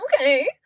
Okay